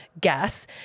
gas